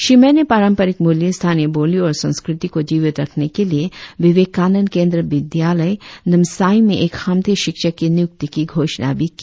श्री मैन ने पारंपरिक मूल्य स्थानीय बोली और संस्कृति को जीवित रखने के लिए विवेकानंद केंद्र विद्यालय नामसाई में एक खामती शिक्षक की नियुक्ति की घोषणा भी की